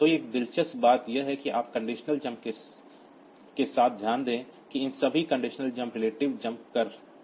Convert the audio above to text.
तो एक दिलचस्प बात यह है कि आप कंडिशनल जंप के साथ ध्यान दें कि इन सभी कंडिशनल जंप रिलेटिव जंप कर रहे हैं